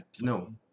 No